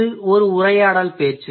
இது ஒரு உரையாடல் பேச்சு